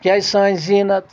کیٛازِ سانہِ زیٖنت